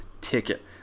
ticket